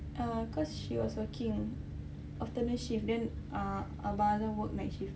err cause she was working afternoon shift then err abang azlan work night shift